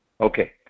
Okay